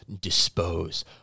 dispose